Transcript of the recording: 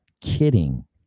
kidding